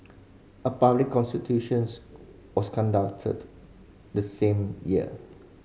a public consultations was conducted the same year